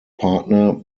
partner